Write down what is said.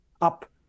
up